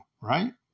right